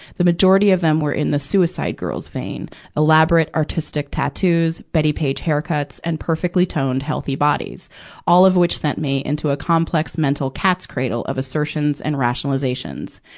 the majority of them were in the suicide girls vein elaborate, artistic tattoos bettie page haircuts and perfectly toned, healthy bodies all of which send me into a complex mental cat's cradle of assertions and rationalizations.